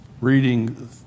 reading